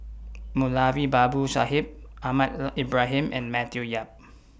Moulavi Babu Sahib Ahmad Ibrahim and Matthew Yap